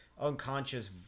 unconscious